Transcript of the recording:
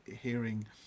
hearing